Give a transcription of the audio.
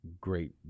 great